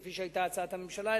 כפי שהיתה הצעת הממשלה,